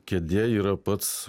kėdė yra pats